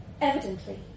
Evidently